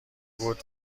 بود